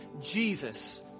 Jesus